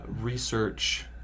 research